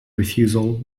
refusal